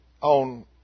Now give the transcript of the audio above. on